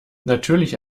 natürlich